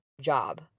job